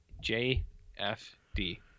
J-F-D